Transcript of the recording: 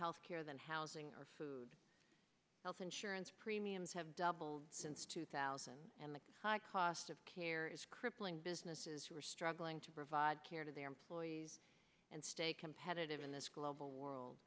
health care than housing or food health insurance premiums have doubled since two thousand and the high cost of care is crippling businesses who are struggling to provide care to their employees and stay competitive in this global world